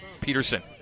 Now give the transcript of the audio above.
Peterson